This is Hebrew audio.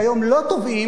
שהיום לא תובעים,